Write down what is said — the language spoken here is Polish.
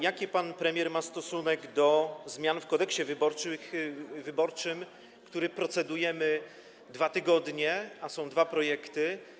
Jaki pan premier ma stosunek do zmian w Kodeksie wyborczym, nad którym procedujemy 2 tygodnie, a są dwa projekty?